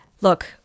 look